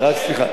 לא מאמין בכיבוש.